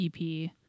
ep